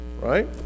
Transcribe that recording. Right